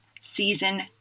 season